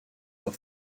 but